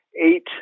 eight